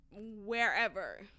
wherever